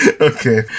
okay